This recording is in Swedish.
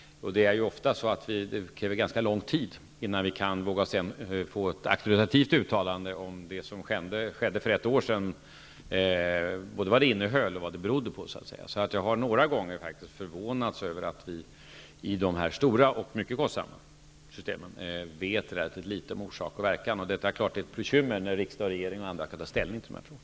Det krävs ofta ganska lång tid innan vi kan få ett auktoritativt uttalande om det som skedde för ett år sedan. Det gäller både vad det innehöll och vad det berodde på. Jag har faktiskt några gånger förvånat mig över att vi i de här stora och mycket kostsamma systemen vet relativt litet om orsak och verkan. Detta är klart ett bekymmmer när riksdag, regering och andra skall ta ställning till de här frågorna.